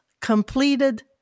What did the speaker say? completed